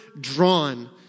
drawn